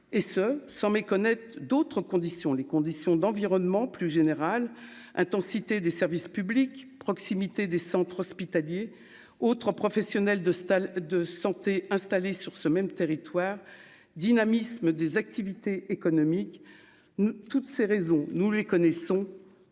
et ce sans méconnaître d'autres conditions, les conditions d'environnement plus intensité des services publics, proximité des centres hospitaliers autres professionnels de de santé installé sur ce même territoire dynamisme des activités économiques ne toutes ces raisons, nous les connaissons